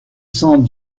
sent